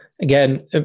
again